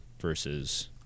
versus